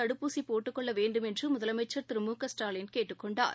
தடுப்பூசி போட்டுக் கொள்ள வேண்டும் என்று முதலமைச்சர் திரு மு க ஸ்டாலின் கேட்டுக் கொண்டார்